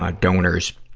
ah donors,